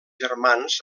germans